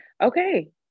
Okay